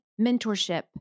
mentorship